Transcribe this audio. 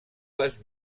les